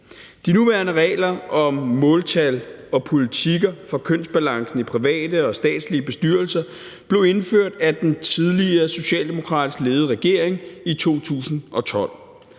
De nuværende regler om måltal og politikker for kønsbalancen i private og statslige bestyrelser blev indført af den tidligere, socialdemokratisk ledede regering i 2012.